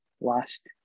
last